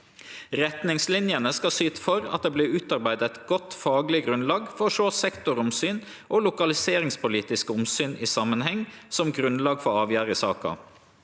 Retningslinjene skal syte for at det vert utarbeidt eit godt fagleg grunnlag for å sjå sektoromsyn og lokaliseringspolitiske omsyn i samanheng som grunnlag for avgjerd i saka.